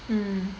mm